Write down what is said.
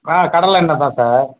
ஆ கடலெண்ணெய் தான் சார்